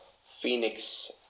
phoenix